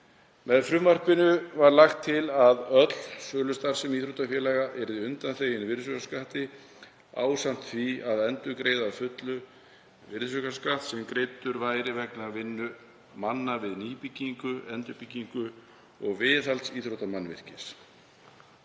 Með frumvarpinu var lagt til að öll sölustarfsemi íþróttafélaga yrði undanþegin virðisaukaskatti ásamt því að endurgreiða að fullu virðisaukaskatt sem greiddur væri vegna vinnu manna við nýbyggingu, endurbyggingu og viðhald íþróttamannvirkis